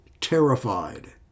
terrified